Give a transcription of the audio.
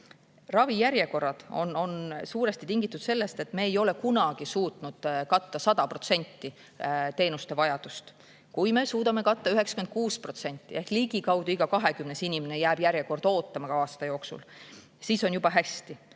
Ravijärjekorrad on suuresti tingitud sellest, et me ei ole kunagi suutnud katta 100% teenuste vajadust. Kui me suudame katta 96% ehk ligikaudu iga 20. inimene jääb järjekorda ootama ka aasta jooksul, siis on juba hästi.